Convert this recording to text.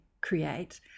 create